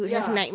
ya